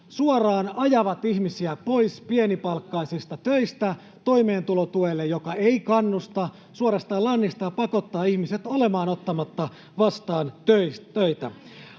suoraan ajavat ihmisiä pois pienipalkkaisista töistä toimeentulotuelle, joka ei kannusta vaan suorastaan lannistaa ja pakottaa ihmiset olemaan ottamatta vastaan töitä.